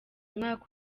mwaka